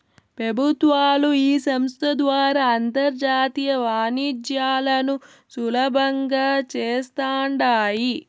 పెబుత్వాలు ఈ సంస్త ద్వారా అంతర్జాతీయ వాణిజ్యాలను సులబంగా చేస్తాండాయి